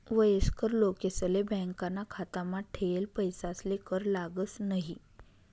वयस्कर लोकेसले बॅकाना खातामा ठेयेल पैसासले कर लागस न्हयी